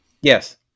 Yes